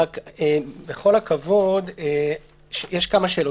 בכל הכבוד, יש כמה שאלות.